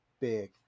big